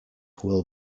will